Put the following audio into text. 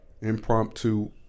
impromptu